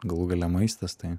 galų gale maistas tai